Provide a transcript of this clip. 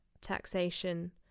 taxation